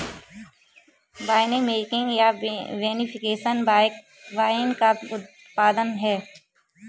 winemaking या vinification wine का उत्पादन है